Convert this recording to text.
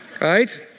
right